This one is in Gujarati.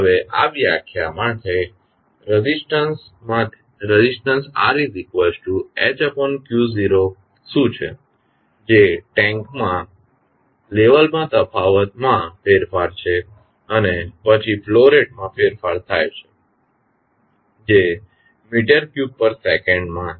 હવે આ વ્યાખ્યા માંથી રેઝિસ્ટંસ શું છે જે ટેન્કમાં લેવલના તફાવતમાં ફેરફાર છે અને પછી ફ્લો રેટમાં ફેરફાર થાય છે જે મીટર ક્યુબ પર સેકંડ માં છે